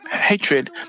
hatred